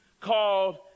called